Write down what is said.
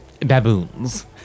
baboons